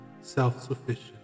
self-sufficient